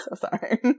sorry